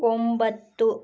ಒಂಬತ್ತು